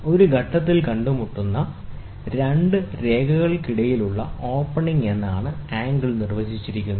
ഒരു ഘട്ടത്തിൽ കണ്ടുമുട്ടുന്ന രണ്ട് രേഖകൾക്കിടയിലുള്ള ഓപ്പണിംഗ് എന്നാണ് ആംഗിൾ നിർവചിച്ചിരിക്കുന്നത്